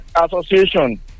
association